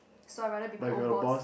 so I rather be my own boss